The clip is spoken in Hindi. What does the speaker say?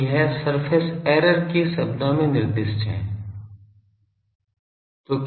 तो यह सरफेस एरर के शब्दों में निर्दिष्ट है